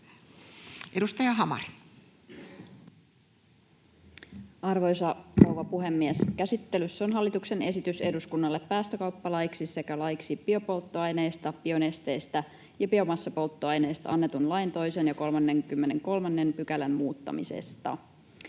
Content: Arvoisa rouva puhemies! Käsittelyssä on hallituksen esitys eduskunnalle päästökauppalaiksi sekä laiksi biopolttoaineista, bionesteistä ja biomassapolttoaineista annetun lain 2 ja 33 §:n muuttamisesta.